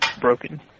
broken